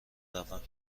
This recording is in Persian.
روم